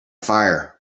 fire